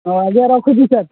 ହଁ ଆଜ୍ଞା ରଖୁଛି ସାର୍